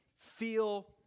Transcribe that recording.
feel